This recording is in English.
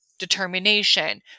Determination